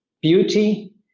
beauty